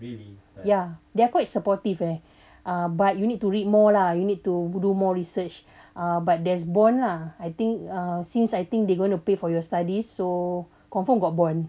ya they're quite supportive eh but you need to read more lah you need to do more research uh but there's bond lah I think err since I think they going to pay for your study so confirm got bond